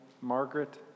Margaret